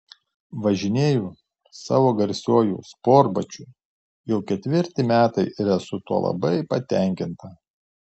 važinėju savo garsiuoju sportbačiu jau ketvirti metai ir esu tuo labai patenkinta